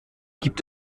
gibt